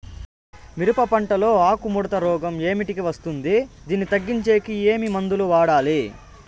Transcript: మిరప పంట లో ఆకు ముడత రోగం ఏమిటికి వస్తుంది, దీన్ని తగ్గించేకి ఏమి మందులు వాడాలి?